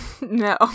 No